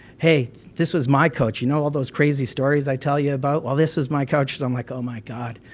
hey this was my coach. you know all those crazy stories i tell you about, well this was my coach. so i'm like, oh my god,